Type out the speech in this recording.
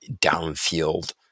downfield –